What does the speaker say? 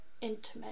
intimate